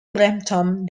brampton